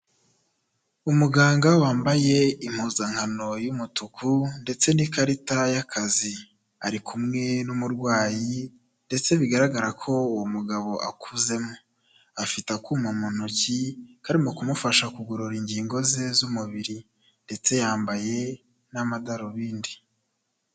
Umuganga wambaye impuzankano y'umutuku ndetse n'ikarita y'akazi, ari kumwe n'umurwayi ndetse bigaragara ko uwo mugabo akuzemo, afite akuma mu ntoki mu kumufasha kugorora ingingo ze z'umubiri ndetse yambaye n'amadarubindi.